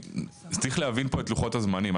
צריך להבין פה את לוחות הזמנים.